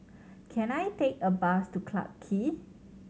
can I take a bus to Clarke Quay